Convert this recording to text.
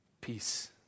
Peace